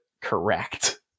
correct